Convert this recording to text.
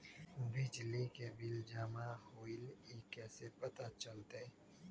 बिजली के बिल जमा होईल ई कैसे पता चलतै?